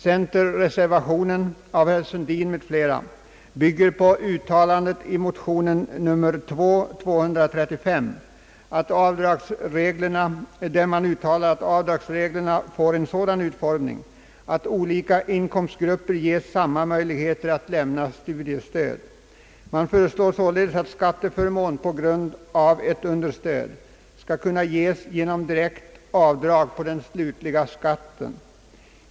Centerreservationen av herr Sundin m.fl. bygger emellertid på uttalandet, i motionen II: 235, att avdragsreglerna skall få en sådan utformning, att olika inkomstgrupper ges samma möjligheter att lämna studiestöd. Man föreslår således att skatteförmån på grund av ett understöd skall kunna ges genom direkt avdrag på den slutliga skatten.